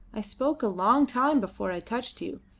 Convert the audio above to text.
i spoke a long time before i touched you,